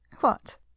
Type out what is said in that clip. What